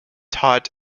taught